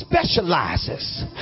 specializes